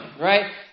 right